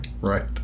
Right